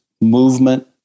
movement